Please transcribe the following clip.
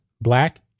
black